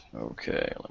Okay